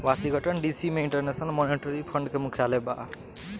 Washington D C में international monetary fund के मुख्यालय बा